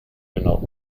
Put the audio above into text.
genau